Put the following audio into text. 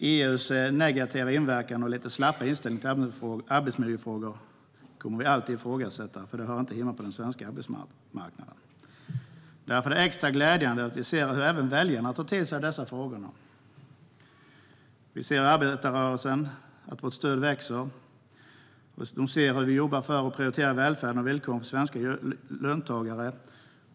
EU:s negativa inverkan på och lite slappa inställning till arbetsmiljöfrågor kommer vi alltid att ifrågasätta, för det hör inte hemma på den svenska arbetsmarknaden. Därför är det extra glädjande att vi ser hur även väljarna tar till sig dessa frågor. Vi ser att vårt stöd växer från arbetarrörelsen. Man ser hur vi jobbar för att prioritera välfärden och villkoren för svenska löntagare.